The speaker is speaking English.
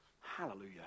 Hallelujah